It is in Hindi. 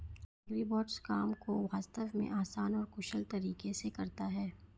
एग्रीबॉट्स काम को वास्तव में आसान और कुशल तरीके से करता है